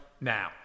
now